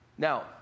Now